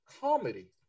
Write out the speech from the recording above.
Comedy